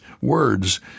words